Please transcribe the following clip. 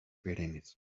perennes